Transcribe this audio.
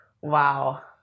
wow